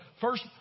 first